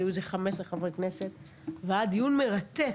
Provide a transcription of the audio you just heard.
היו איזה 15 חברי כנסת והיה דיון מרתק.